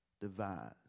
divine